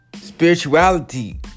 spirituality